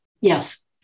Yes